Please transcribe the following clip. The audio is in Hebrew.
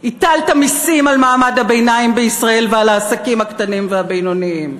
הטלת מסים על מעמד הביניים בישראל ועל העסקים הקטנים והבינוניים.